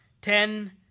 ten